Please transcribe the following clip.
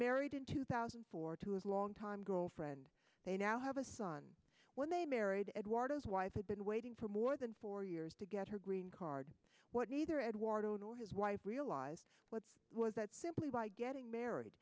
married in two thousand and four to his longtime girlfriend they now have a son when they married eduardo's wife had been waiting for more than four years to get her green card what neither edwardo nor his wife realized what was that simply by getting married